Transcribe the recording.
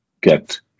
get